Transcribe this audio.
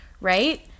right